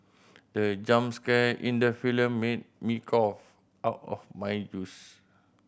the jumps scare in the film made me cough out of my juice